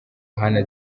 ahana